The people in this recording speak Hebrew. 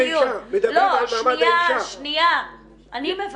וגם אם אנחנו נצא